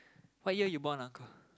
what year you born uncle